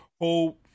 whole